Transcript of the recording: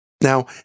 Now